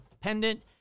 pendant